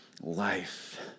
life